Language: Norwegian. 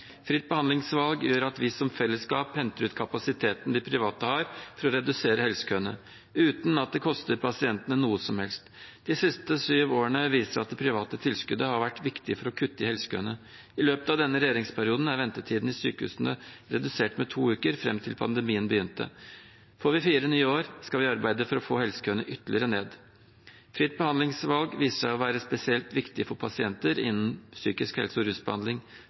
Fritt behandlingsvalg gjør at vi som fellesskap henter ut kapasiteten de private har, for å redusere helsekøene, uten at det koster pasientene noe som helst. De siste syv årene viser at det private tilskuddet har vært viktig for å kutte i helsekøene. I løpet av denne regjeringsperioden er ventetiden i sykehusene redusert med to uker, fram til pandemien begynte. Får vi fire nye år, skal vi arbeide for å få helsekøene ytterligere ned. Fritt behandlingsvalg viser seg å være spesielt viktig for pasienter innen psykisk helse og rusbehandling.